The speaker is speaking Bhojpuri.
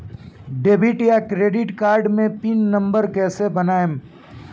डेबिट या क्रेडिट कार्ड मे पिन नंबर कैसे बनाएम?